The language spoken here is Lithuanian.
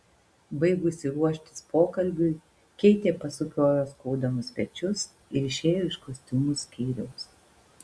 baigusi ruoštis pokalbiui keitė pasukiojo skaudamus pečius ir išėjo iš kostiumų skyriaus